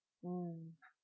mm